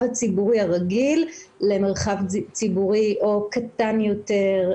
הציבורי הרגיל למרחב ציבורי או קטן יותר,